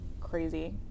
crazy